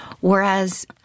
Whereas